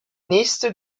nächste